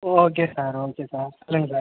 okay sir okay sir சொல்லுங்கள் sir